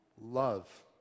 love